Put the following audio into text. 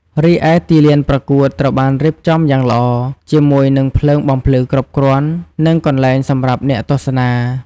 រីឯទីលានប្រកួតត្រូវបានរៀបចំយ៉ាងល្អ ជាមួយនឹងភ្លើងបំភ្លឺគ្រប់គ្រាន់ និងកន្លែងសម្រាប់អ្នកទស្សនា។